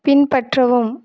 பின்பற்றவும்